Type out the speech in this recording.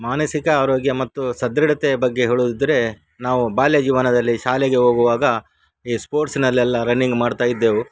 ಮಾನಸಿಕ ಆರೋಗ್ಯ ಮತ್ತು ಸದೃಢತೆಯ ಬಗ್ಗೆ ಹೇಳುವುದಿದ್ರೆ ನಾವು ಬಾಲ್ಯ ಜೀವನದಲ್ಲಿ ಶಾಲೆಗೆ ಹೋಗುವಾಗ ಈ ಸ್ಪೋರ್ಟ್ಸ್ನಲ್ಲೆಲ್ಲ ರನ್ನಿಂಗ್ ಮಾಡ್ತಾ ಇದ್ದೆವು